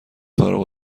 فارغ